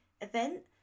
event